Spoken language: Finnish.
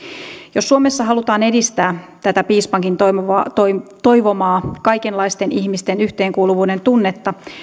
jos suomessa halutaan edistää tätä piispankin toivomaa kaikenlaisten ihmisten yhteenkuuluvuuden tunnetta